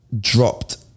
dropped